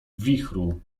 wichru